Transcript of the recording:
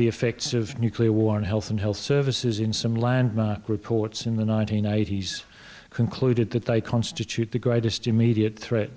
the effects of nuclear war on health and health services in some landmark reports in the nineteen eighties concluded that they constitute the greatest immediate threat